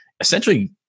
essentially